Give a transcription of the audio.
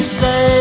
say